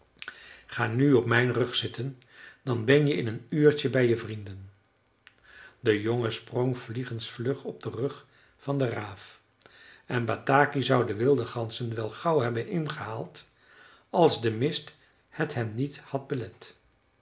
ga nu op mijn rug zitten dan ben je in een uurtje bij je vrienden de jongen sprong vliegensvlug op den rug van den raaf en bataki zou de wilde ganzen wel gauw hebben ingehaald als de mist het hem niet had belet